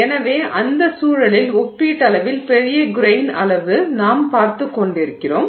எனவே அந்த சூழலில் ஒப்பீட்டளவில் பெரிய கிரெய்ன் அளவு நாம் பார்த்துக் கொண்டிருக்கிறோம்